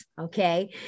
okay